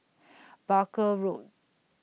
Barker Road